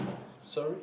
sorry